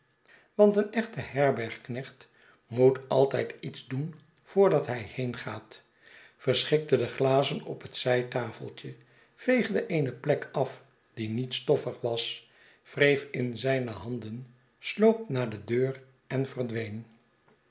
want een echte herbergknecht moet altijd iets doen voordat hij heengaat verschikte de glazen op het zijtafeltje veegde eene plek af die niet stoffig was wreef in zijne handen sloop naar de deur en verdween